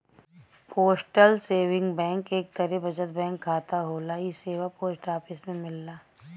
postal saving bank एक तरे बचत बैंक खाता होला इ सेवा पोस्ट ऑफिस में मिलला